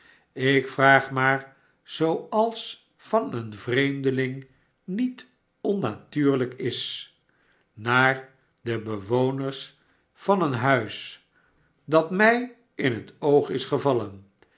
ik vraag maar zooals van een vreemdeling niet onnatuurlijk is naar de bewoners van een huis dat mij in het oog is gevallen